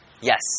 Yes